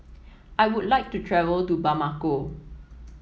I would like to travel to Bamako